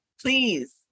please